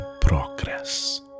progress